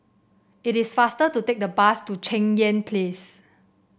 it is faster to take the bus to Cheng Yan Place